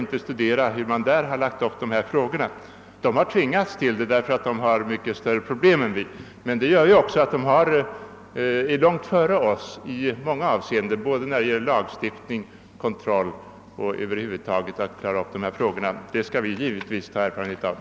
Man har där kommit oändligt mycket längre än vi, just därför att man har mycket större problem, men detta har också medfört att man ligger långt före oss beträffande lagstiftning, kontroll och över huvud taget allt som rör dessa problem. Vi har all anledning att ta lärdom av detta.